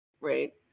right